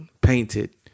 Painted